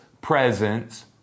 presence